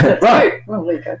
Right